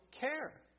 care